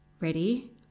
Ready